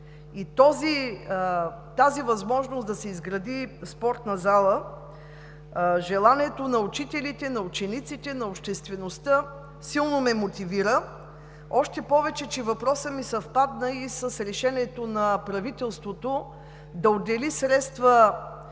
Тази възможност да се изгради спортна зала – желанието на учителите, на учениците, на обществеността силно ме мотивира. Още повече че въпросът ми съвпадна и с решението на правителството, което се отказа